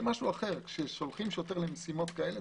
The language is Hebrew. כששולחים שוטר למשימות כאלה,